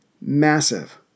massive